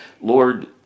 Lord